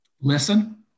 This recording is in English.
Listen